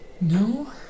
No